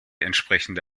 entsprechende